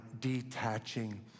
detaching